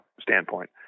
standpoint